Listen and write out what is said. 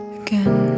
again